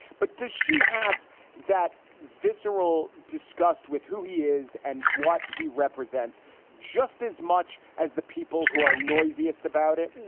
but does she have that visceral disgust with who he is and what he represents just as much as the people who are noisiest about it?